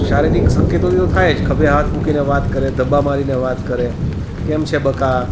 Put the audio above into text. શારીરિક સંકેતોથી તો થાય જ ખભે હાથ મૂકીને વાત કરે ધબ્બા મારીને વાત કરે કેમ છે બકા